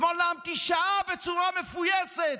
אתמול נאמתי שעה בצורה מפויסת,